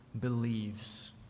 believes